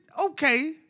okay